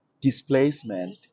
displacement